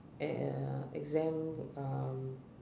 e~ exam um